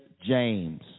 James